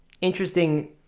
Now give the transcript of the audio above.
interesting